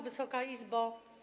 Wysoka Izbo!